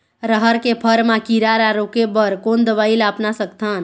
रहर के फर मा किरा रा रोके बर कोन दवई ला अपना सकथन?